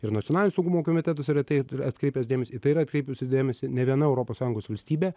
ir nacionalinio saugumo komitetas ir ateit yra atkreipęs dėmesį į tai atkreipusi dėmesį ne viena europos sąjungos valstybė